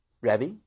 Rabbi